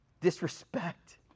disrespect